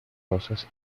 rosas